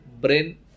brain